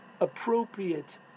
appropriate